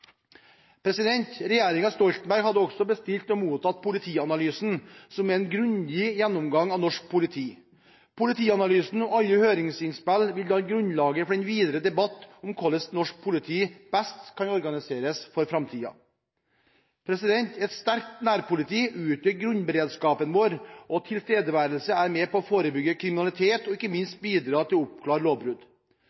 Stoltenberg hadde også bestilt og mottatt Politianalysen, som er en grundig gjennomgang av norsk politi. Politianalysen og alle høringsinnspill vil danne grunnlaget for den videre debatt om hvordan norsk politi best kan organiseres for framtiden. Et sterkt nærpoliti utgjør grunnberedskapen vår, og tilstedeværelse er med på å forebygge kriminalitet og ikke